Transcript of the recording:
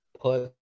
Put